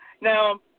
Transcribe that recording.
Now